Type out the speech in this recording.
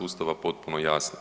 Ustava potpuno jasna.